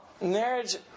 marriage